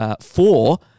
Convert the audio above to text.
four